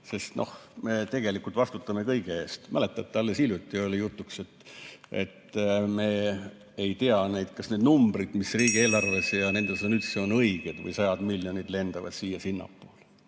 on ... Tegelikult me vastutame kõige eest. Mäletate, alles hiljuti oli jutuks, et me ei tea, kas need numbrid, mis riigieelarves on, üldse on õiged või sajad miljonid lendavad siia-sinnapoole.